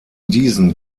diesen